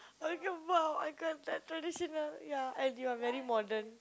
I can't about I can't that traditional ya and you are very modern